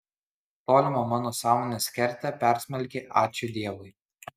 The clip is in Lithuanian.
tolimą mano sąmonės kertę persmelkė ačiū dievui